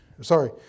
Sorry